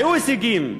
היו הישגים,